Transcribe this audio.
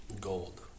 Gold